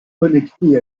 connectée